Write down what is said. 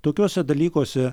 tokiuose dalykuose